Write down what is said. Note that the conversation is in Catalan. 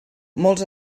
molts